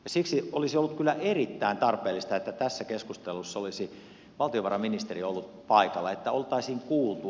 siksi olisi ollut kyllä erittäin tarpeellista että tässä keskustelussa olisi valtiovarainministeri ollut paikalla että oltaisiin se kuultu